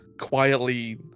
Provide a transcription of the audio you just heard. quietly